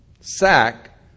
sack